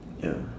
ya